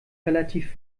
relativ